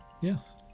Yes